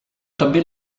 també